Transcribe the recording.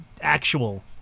actual